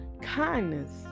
Kindness